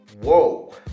Whoa